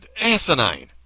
Asinine